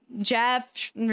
jeff